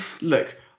look